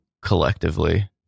collectively